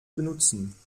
benutzen